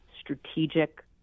strategic